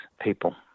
people